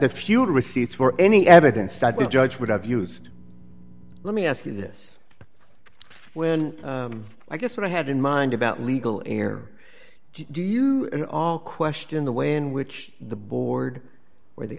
the few receipts were any evidence that we judge would have used let me ask you this when i guess what i had in mind about legal air do you in all question the way in which the board or the